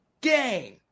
game